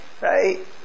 right